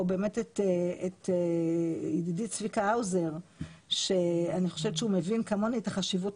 את ידידי צביקה האוזר שאני חושבת שהוא מבין כמוני את החשיבות